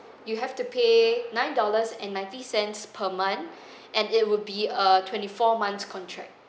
you have to pay nine dollars and ninety cents per month and it would be a twenty four months contract